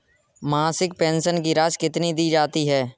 मासिक पेंशन की राशि कितनी दी जाती है?